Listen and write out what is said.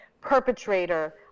perpetrator